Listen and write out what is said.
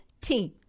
team